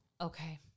Okay